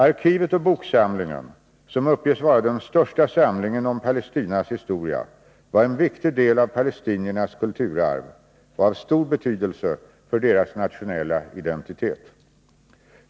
Arkivet och boksamlingen — som uppges vara den största samlingen om Palestinas historia — var en viktig del av palestiniernas kulturarv och av stor betydelse för deras nationella identitet.